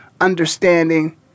understanding